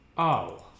oh